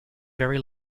very